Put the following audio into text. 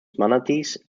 manatees